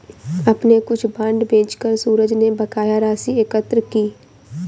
अपने कुछ बांड बेचकर सूरज ने बकाया राशि एकत्र की